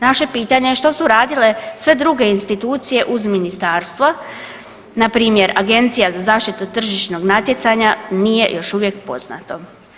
Naše pitanje je što su radile sve druge institucije uz Ministarstva, npr. Agencija za zaštitu tržišnog natjecanja, nije još uvijek poznato.